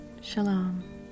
Shalom